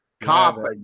cop